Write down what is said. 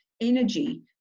energy